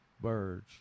birds